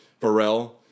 Pharrell